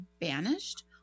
banished